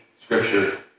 Scripture